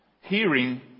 Hearing